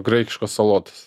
graikiškos salotos